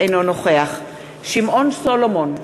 אינו נוכח שמעון סולומון,